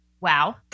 wow